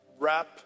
Wrap